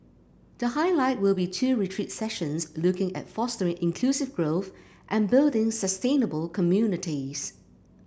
the highlight will be two retreat sessions looking at fostering inclusive growth and building sustainable communities